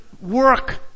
work